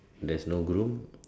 there's no groom